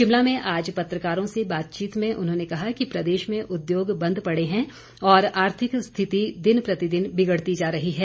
शिमला में आज पत्रकारों से बातचीत में उन्होंने कहा कि प्रदेश में उद्योग बंद पड़े हैं और आर्थिक स्थिति दिन प्रतिदिन बिगड़ती जा रही है